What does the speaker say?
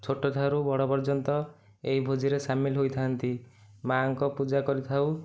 ଛୋଟ ଠାରୁ ବଡ଼ ପର୍ଯ୍ୟନ୍ତ ଏହି ଭୋଜିରେ ସାମିଲ ହୋଇଥାନ୍ତି ମା'ଙ୍କ ପୂଜା କରିଥାଉ